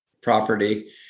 property